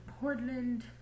Portland